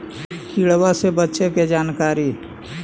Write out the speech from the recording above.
किड़बा से बचे के जानकारी?